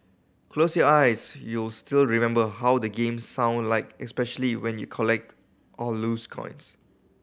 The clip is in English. close your eyes you'll still remember how the game sound like especially when you collect or lose coins